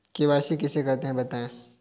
KYC किसे कहते हैं बताएँ?